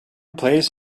plays